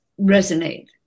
resonate